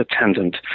attendant